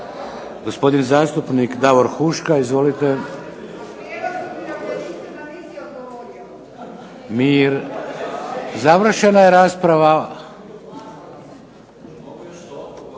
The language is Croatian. Gospodin zastupnik Davor Huška. Izvolite. Mir, završena je rasprava.